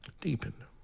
deepened